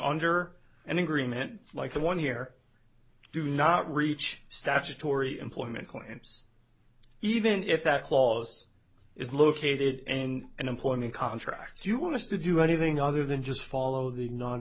under an agreement like the one here do not reach statutory employment claims even if that clause is located and an employment contract if you want to do anything other than just follow the non